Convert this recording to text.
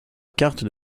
carte